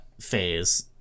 phase